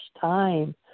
time